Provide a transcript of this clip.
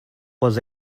was